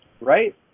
Right